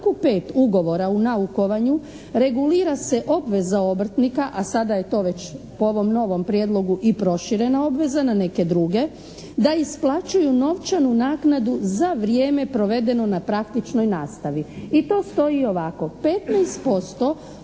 U članku 5. ugovora o naukovanju regulira se obveza obrtnika, a sada je to već po ovom novom prijedlogu i proširena obveza na neke druge da isplaćuju novčanu naknadu za vrijeme provedeno na praktičnoj nastavi. I to stoji ovako: